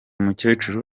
mukecuru